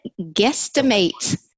guesstimate